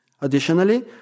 Additionally